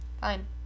fine